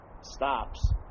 stops